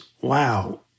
wow